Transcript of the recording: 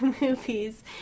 movies